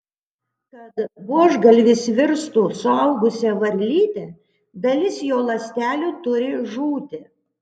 kad buožgalvis virstų suaugusia varlyte dalis jo ląstelių turi žūti